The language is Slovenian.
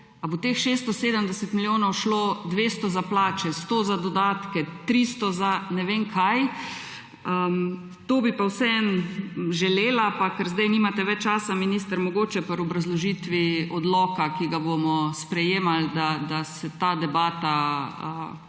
bo od teh 670 milijonov šlo 200 za plače, 100 za dodatke, 300 za ne vem kaj. To bi pa vseeno želela. Pa ker zdaj nimate več časa, minister, mogoče pri obrazložitvi odloka, ki ga bomo sprejemali, da se ta debata konča.